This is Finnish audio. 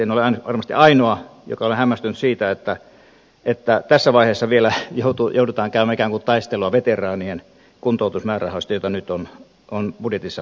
en ole varmasti ainoa joka olen hämmästynyt siitä että tässä vaiheessa vielä joudutaan käymään ikään kuin taistelua veteraanien kuntoutusmäärärahoista joita nyt on budjetissa leikattu